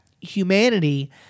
humanity